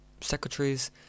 secretaries